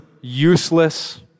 useless